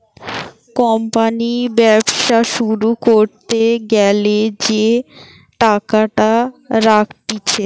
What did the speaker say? company ব্যবসা শুরু করতে গ্যালা যে টাকাটা রাখতিছে